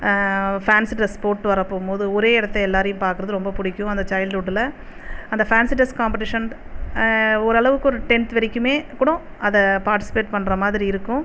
fancy dress போட்டு வரப் போகும் போது ஒரே இடத்த எல்லாேரையும் பார்க்கறது ரொம்ப பிடிக்கும் அந்த சைல்ட்ஹுட்டில் அந்த ஃபேன்சி ட்ரெஸ் காம்ப்படிஷன் ஒரளவுக்கு ஒரு டென்த் வரைக்குமே கூட அதை பார்ட்டிசிபேட் பண்ணுற மாதிரி இருக்கும்